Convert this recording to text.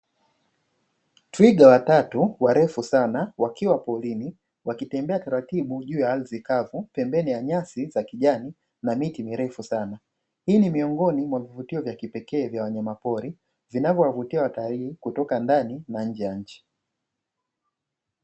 Twiga watatu warefu sana wakiwa porini wakitembea taratibu juu ya ardhi kavu pembeni ya nyasi za kijani na miti mirefu sana. Hii ni miongoni mwa vivutio vya pekee vya wanyamapori zinazowavutia watalii kutoka ndani na nje ya nchi.